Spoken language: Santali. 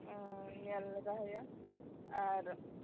ᱚᱻ ᱧᱮᱞ ᱞᱮᱜᱟᱭ ᱦᱩᱭᱩᱜᱼᱟ ᱟᱨ